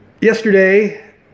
yesterday